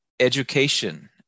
education